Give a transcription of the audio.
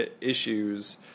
issues